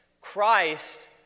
Christ